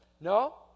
No